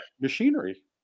machinery